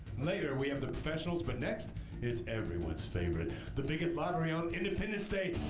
later we have the professionals, but next it's everyone's favorite, the bigot lottery on independence day,